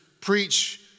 preach